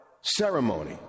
ceremony